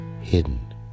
hidden